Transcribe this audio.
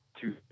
two